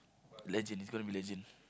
legend it's gonna be legend